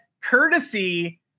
courtesy